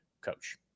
coach